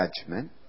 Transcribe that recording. judgment